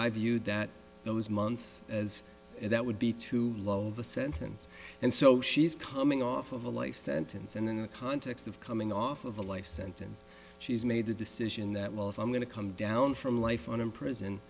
i view that those months as that would be too low of a sentence and so she's coming off of a life sentence and in the context of coming off of a life sentence she's made a decision that well if i'm going to come down from life on in prison